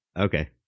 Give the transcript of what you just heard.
okay